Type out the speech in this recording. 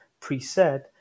preset